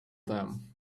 them